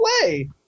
play